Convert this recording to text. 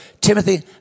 Timothy